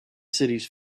cities